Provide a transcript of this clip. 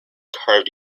carved